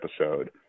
episode